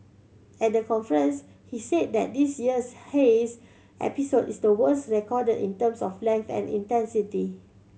at the conference he said that this year's haze episode is the worst recorded in terms of length and intensity